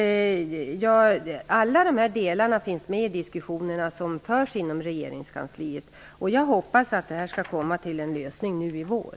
Alla de här delarna finns med i diskussionerna som förs inom regeringskansliet. Jag hoppas att frågan skall få en lösning nu i vår.